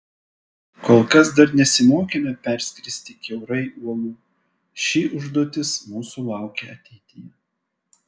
kol kas dar nesimokėme perskristi kiaurai uolų ši užduotis mūsų laukia ateityje